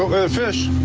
fish,